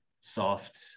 soft